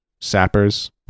sappers